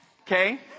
okay